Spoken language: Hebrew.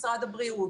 משרד הבריאות.